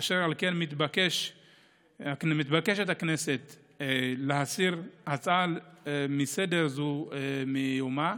אשר על כן מתבקשת הכנסת להסיר הצעה זו לסדר-היום מסדר-יומה.